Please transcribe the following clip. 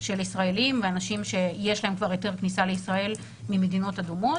של ישראלים ואנשים שיש להם כבר היתר כניסה לישראל ממדינות אדומות,